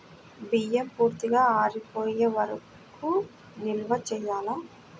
బియ్యం పూర్తిగా ఆరిపోయే వరకు నిల్వ చేయాలా?